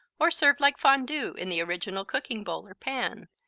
or served like fondue, in the original cooking bowl or pan,